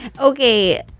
okay